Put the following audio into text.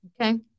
okay